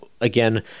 again